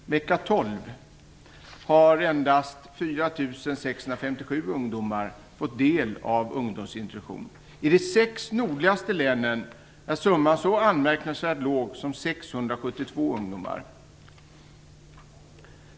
Vecka 12 har endast 4 657 ungdomar fått del av ungdomsintroduktion. I de sex nordligaste länen är summan så anmärkningsvärt låg som 672 ungdomar.